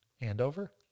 Andover